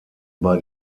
bei